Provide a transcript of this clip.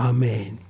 Amen